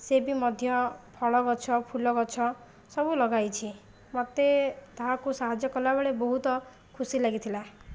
ସେ ବି ମଧ୍ୟ ଫଳ ଗଛ ଫୁଲ ଗଛ ସବୁ ଲଗାଇଛି ମୋତେ ତାହାକୁ ସାହାଯ୍ୟ କଲାବେଳେ ବହୁତ ଖୁସି ଲାଗିଥିଲା